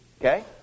Okay